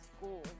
school